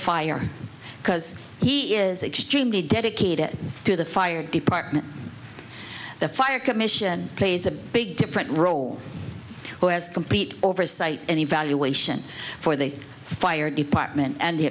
fire because he is extremely dedicated to the fire department the fire commission plays a big different role who has complete oversight and evaluation for the fire department and the